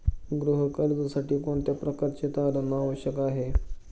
गृह कर्जासाठी कोणत्या प्रकारचे तारण आवश्यक आहे?